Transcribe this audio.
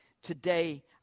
Today